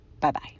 Bye-bye